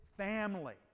family